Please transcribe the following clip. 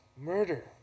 murder